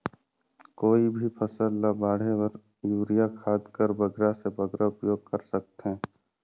कोई भी फसल ल बाढ़े बर युरिया खाद कर बगरा से बगरा उपयोग कर थें?